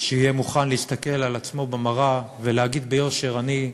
שיהיה מוכן להסתכל על עצמו במראה ולהגיד ביושר: אני,